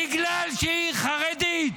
בגלל שהיא חרדית.